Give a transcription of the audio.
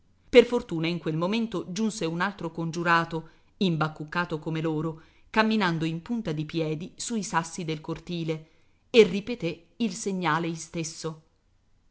per fortuna in quel momento giunse un altro congiurato imbacuccato come loro camminando in punta di piedi sui sassi del cortile e ripeté il segnale istesso